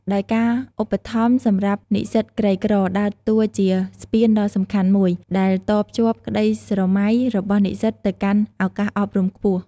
ដោយការឧបត្ថម្ភសម្រាប់និស្សិតក្រីក្រ ដើរតួជា ស្ពានដ៏សំខាន់មួយ ដែល តភ្ជាប់ក្ដីស្រមៃ របស់និស្សិតទៅកាន់ ឱកាសអប់រំខ្ពស់។